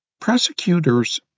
Prosecutors